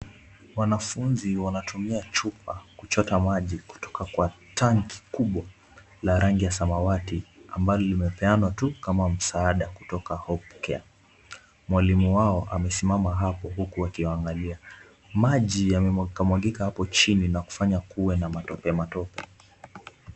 Wanafunzi wanatumia chupa kuchota maji kutoka kwa tanki kubwa la rangi ya samawati ambalo limepeanwa tu kama msaada kutoka Hopecare. Mwalimu wao amesimama hapo huku akiwaangalia. Maji yamemwagika mwagika hapo chini na kufanya kuwe na matope matope.